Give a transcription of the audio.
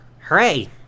Hooray